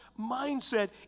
mindset